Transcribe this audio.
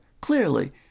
clearly